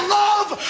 love